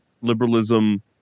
liberalism